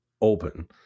open